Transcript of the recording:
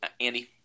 Andy